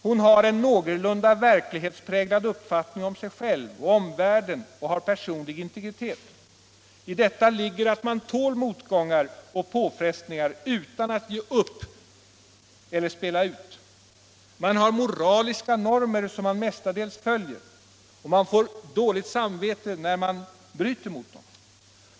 ”——— hon har en någorlunda verklighetspräglad uppfattning om sig själv och omvärlden och har personlig integritet. I detta ligger, att man tål motgångar och påfrestningar utan att ge upp eller spela ut. Man har moraliska normer, som man mestadels följer, och man får dåligt samvete när man bryter mot dom.